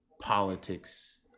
politics